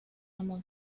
amor